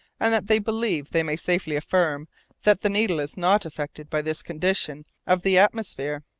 and that they believe they may safely affirm that the needle is not affected by this condition of the atmosphere.